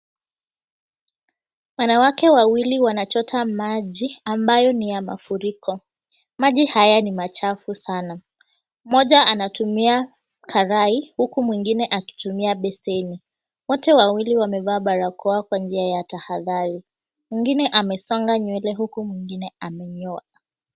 Wanawake wawili wanachota maji ambayo ni ya mafuriko. Maji haya ni machafu sana. Mmoja anatumia karai huku mwingine akitumia beseni . Wote wawili wamevaa barakoa kwa njia ya tahadhari. Mwingine amesonga nywele huku mwingine amenyoa.